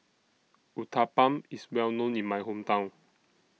Uthapam IS Well known in My Hometown